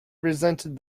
resented